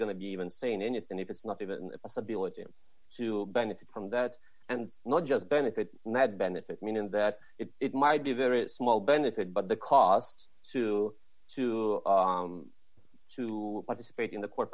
going to be even saying anything if it's not even a possibility to benefit from that and not just benefit net benefit meaning that it might be a very small benefit but the cost to to to participate in the court